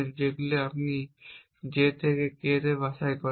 যেগুলি আপনি J থেকে কে বাছাই করেন